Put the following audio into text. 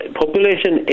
population